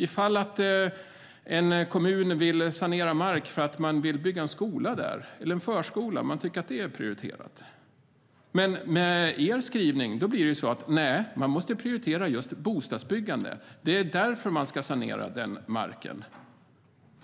Låt oss säga att en kommun vill sanera mark för att man vill bygga en skola eller en förskola där - man tycker att det är prioriterat. Men med er skrivning blir det så att man måste prioritera just bostadsbyggande. Det är därför man ska sanera den marken.